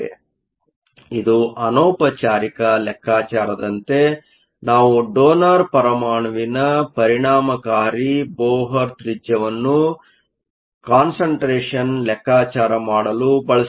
ಆದ್ದರಿಂದ ಇದು ಅನೌಪಚಾರಿಕ ಲೆಕ್ಕಾಚಾರದಂತೆ ನಾವು ಡೋನರ್ ಪರಮಾಣುವಿನ ಪರಿಣಾಮಕಾರಿ ಬೋಹೃ ತ್ರಿಜ್ಯವನ್ನು ಕಾನ್ಸಂಟ್ರೇಷನ್ ಲೆಕ್ಕಾಚಾರ ಮಾಡಲು ಬಳಸುತ್ತೇವೆ